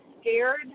scared